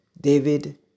David